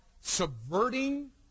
subverting